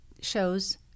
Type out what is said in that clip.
shows